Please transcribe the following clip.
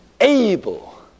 able